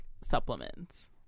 supplements